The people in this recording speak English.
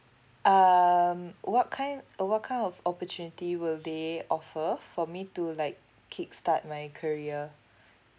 um what kind what kind of opportunity will they offer for me to like kick start my career